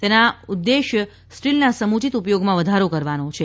તેના ઉદપેશ સ્ટીલના સમુચિત ઉપયોગમાં વધારો કરવાનો છે